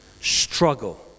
struggle